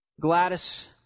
Gladys